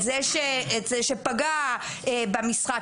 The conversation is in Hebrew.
את זה שפגע במשחק.